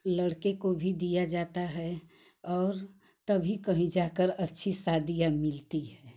लड़के को भी दिया जाता है और तभी कहीं जाकर अच्छी शादियाँ मिलती हैं